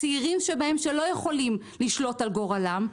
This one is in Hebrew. הצעירים שלא יכולים לשלוט על גורלם,